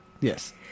Yes